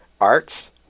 Arts